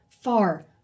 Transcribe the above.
Far